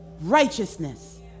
righteousness